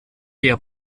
der